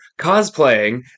cosplaying